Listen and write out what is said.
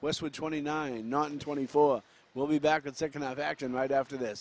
with twenty nine not in twenty four will be back and second of action right after th